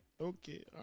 okay